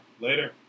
later